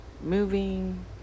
moving